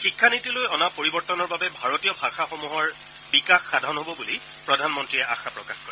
শিক্ষানীতিলৈ অনা পৰিৱৰ্তনৰ বাবে ভাৰতীয় ভাষাসমূহৰ ভাষাসমূহৰ বিকাশ সাধন হব বুলি প্ৰধানমন্ত্ৰীয়ে আশা প্ৰকাশ কৰে